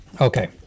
Okay